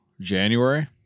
January